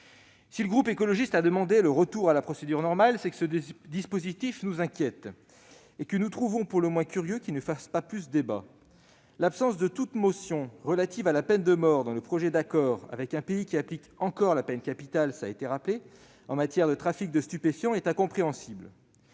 Si le groupe écologiste a demandé le retour à la procédure normale pour l'examen de ce projet de loi, c'est parce que ce dispositif nous inquiète : de fait, nous trouvons pour le moins curieux qu'il ne fasse pas plus débat ... L'absence de toute mention relative à la peine de mort dans un projet d'accord avec un pays qui applique encore la peine capitale en matière de trafic de stupéfiants est incompréhensible